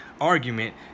argument